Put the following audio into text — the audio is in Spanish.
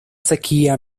sequía